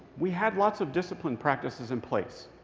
we had lots of discipline practices in place.